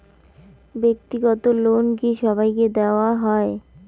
ব্যাক্তিগত লোন কি সবাইকে দেওয়া হয়?